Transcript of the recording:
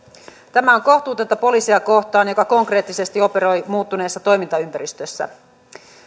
tämä on kohtuutonta poliisia kohtaan joka konkreettisesti operoi muuttuneessa toimintaympäristössä